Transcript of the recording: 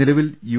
നിലവിൽ യു